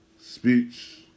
speech